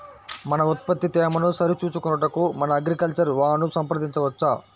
మన ఉత్పత్తి తేమను సరిచూచుకొనుటకు మన అగ్రికల్చర్ వా ను సంప్రదించవచ్చా?